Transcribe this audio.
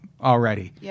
already